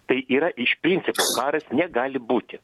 tai yra iš principo karas negali būti